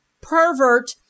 pervert